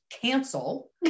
cancel